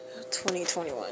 2021